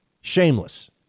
Shameless